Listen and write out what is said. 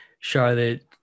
charlotte